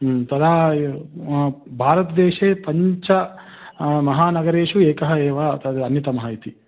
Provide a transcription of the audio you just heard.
तदा भारतदेशे पञ्च महानगरेषु एकः एव तद् अन्यतमः इति